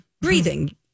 Breathing